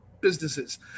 businesses